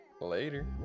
Later